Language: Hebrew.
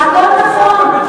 הכול נכון,